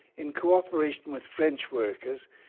in cooperation with french workers,